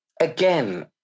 Again